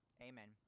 Amen